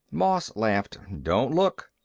moss laughed. don't look.